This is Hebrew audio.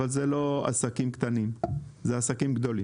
לא היית באותה ישיבה ולא דיווחו לך.